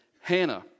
Hannah